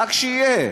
רק שיהיה.